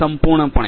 સંપૂર્ણપણે